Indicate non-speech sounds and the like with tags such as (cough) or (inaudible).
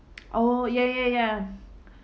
oh ya ya ya (breath)